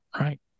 right